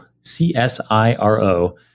C-S-I-R-O